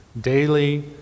daily